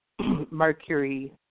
Mercury